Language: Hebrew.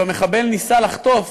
מחבל ניסה לחטוף